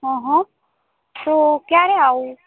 હા હા તો ક્યારે આવું